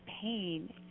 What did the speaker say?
pain